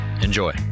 Enjoy